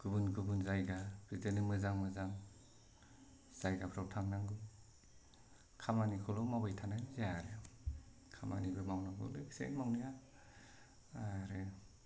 गुबुन गुबुन जायगा बिदिनो मोजां मोजां जायगाफोराव थांनांगौ खामानिखौल' मावबाय थानानै जाया आरो खामानिबो मावनांगौ मावनाया आरो